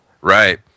Right